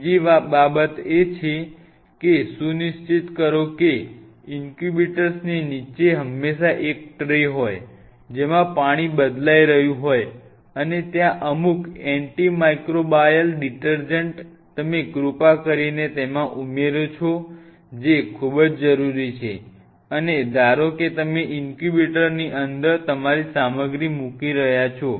બીજી બાબત એ સુનિશ્ચિત કરો કે ઈન્ક્યુબેટરની નીચે હંમેશા એક ટ્રે હોય જેમાં પાણી બદલાઈ રહ્યું હોય અને ત્યાં અમુક એન્ટિમાઈક્રોબાયલ ડિટર્જન્ટ તમે કૃપા કરીને તેમાં ઉમેરો જે ખૂબ જ જરૂરી છે અને ધારો કે તમે ઈનક્યુબેટરની અંદર તમારી સામગ્રી મૂકી રહ્યા છો